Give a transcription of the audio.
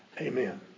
Amen